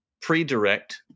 pre-direct